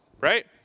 right